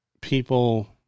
people